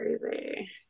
crazy